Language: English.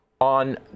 on